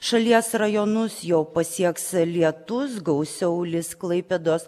šalies rajonus jau pasieks lietus gausiau lis klaipėdos